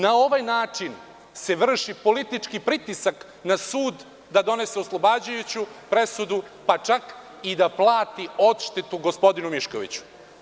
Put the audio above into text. Na ovaj način se vrši politički pritisak na sud da donese oslobađajuću presudu, pa čak i da plati odštetu gospodinu Miškoviću.